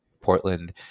Portland